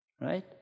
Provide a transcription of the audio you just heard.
right